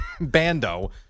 Bando